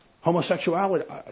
homosexuality